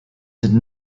did